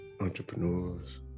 entrepreneurs